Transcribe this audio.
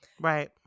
right